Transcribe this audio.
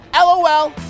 LOL